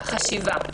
החשיבה,